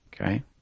Okay